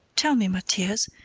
tell me, mathias,